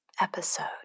episode